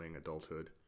adulthood